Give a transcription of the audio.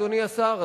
אדוני השר,